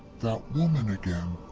that woman again!